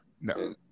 no